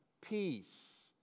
peace